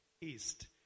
East